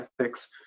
Ethics